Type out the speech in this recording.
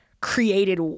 created